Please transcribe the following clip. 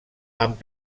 amb